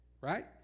right